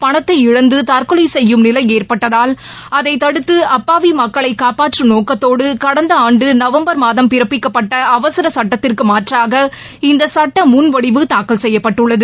பணத்தை இழந்து தற்கொலை செய்யும் நிலை ஏற்பட்டதால் அதை தடுத்து அப்பாவி மக்களை காப்பாற்றம் நோக்கத்தோடு கடந்த ஆண்டு நவம்பர் மாதம் பிறப்பிக்கப்பட்ட அவசர சுட்டத்திற்கு மாற்றாக இந்த சுட்ட முன் வடிவு தாக்கல் செய்யப்பட்டுள்ளது